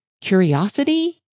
curiosity